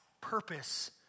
Purpose